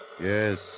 Yes